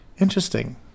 Interesting